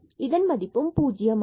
இதன் மதிப்பும் o ஆகும்